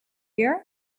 around